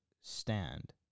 stand